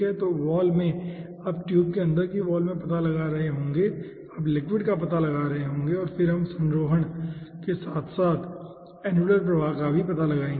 तो वाल में आप ट्यूब के अंदर की वाल में पता लगा रहे होंगे आप लिक्विड का पता लगा रहे होंगे और फिर हम संरोहण के साथ अनुलर प्रवाह का पता लगाएंगे